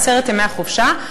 לעשרת ימי החופשה,